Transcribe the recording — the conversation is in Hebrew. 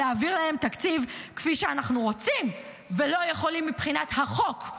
להעביר להם תקציב כפי שאנחנו רוצים ולא יכולים מבחינת החוק.